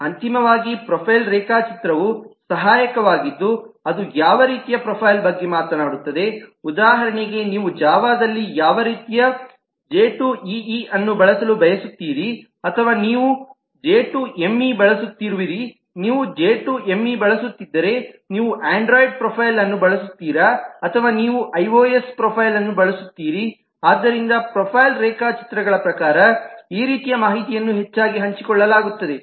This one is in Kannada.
ಅಂತಿಮವಾಗಿ ಪ್ರೊಫೈಲ್ ರೇಖಾಚಿತ್ರವು ಸಹಾಯಕವಾಗಿದ್ದು ಅದು ಯಾವ ರೀತಿಯ ಪ್ರೊಫೈಲ್ ಬಗ್ಗೆ ಮಾತನಾಡುತ್ತದೆ ಉದಾಹರಣೆಗೆ ನೀವು ಜಾವಾದಲ್ಲಿ ಯಾವ ರೀತಿಯ ಜೆಟೂಇಇ ಅನ್ನು ಬಳಸಲು ಬಯಸುತ್ತೀರಿ ಅಥವಾ ನೀವು ಜೆಟೂಎಂಇ ಬಳಸುತ್ತಿರುವಿರಿ ನೀವು ಜೆಟೂಎಂಇJ2ME ಬಳಸುತ್ತಿದ್ದರೆ ನೀವು ಆಂಡ್ರಾಯ್ಡ್ ಪ್ರೊಫೈಲ್ ಅನ್ನು ಬಳಸುತ್ತೀರಾ ಅಥವಾ ನೀವು ಐಓಎಸ್ ಪ್ರೊಫೈಲ್ ಅನ್ನು ಬಳಸುತ್ತೀರಿ ಆದ್ದರಿಂದ ಪ್ರೊಫೈಲ್ ರೇಖಾಚಿತ್ರಗಳ ಪ್ರಕಾರ ಈ ರೀತಿಯ ಮಾಹಿತಿಯನ್ನು ಹೆಚ್ಚಾಗಿ ಹಂಚಿಕೊಳ್ಳಲಾಗುತ್ತದೆ